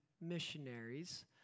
missionaries